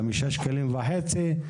5.5 שקלים,